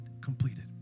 completed